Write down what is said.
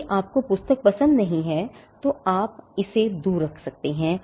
यदि आपको पुस्तक पसंद नहीं है तो आप इसे दूर रख सकते हैं